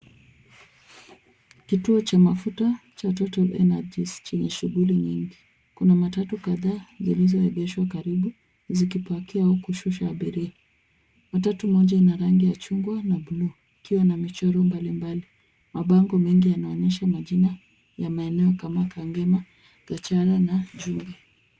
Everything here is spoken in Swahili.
Kituo cha mafuta cha Total Energies chenye shughuli nyingi. Kuna matatu kadhaa zilizoegeshwa karibu, zikipakia au kushusha abiria. Matatu moja ina rangi ya chungwa na buluu, ikiwa na michoro mbalimbali. Mabango mengi yanaonyesha majina ya maeneo kama Kangema, Gacheru na Jumbe.